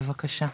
בבקשה.